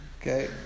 Okay